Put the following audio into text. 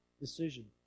Decision